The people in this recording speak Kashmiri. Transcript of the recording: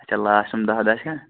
اَچھا لاسٹِم دَہ دۄہ چھا